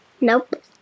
Nope